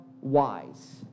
wise